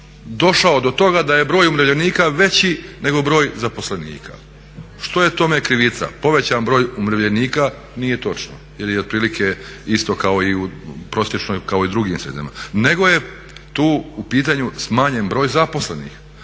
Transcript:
došao do toga da je broj umirovljenika veći nego broj zaposlenika. Što je tome krivica? Povećan broj umirovljenika nije točno, jer je otprilike isto kao i prosječno u drugim sredinama. Nego je tu u pitanju smanjen broj zaposlenih.